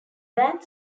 band